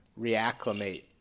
reacclimate